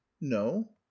no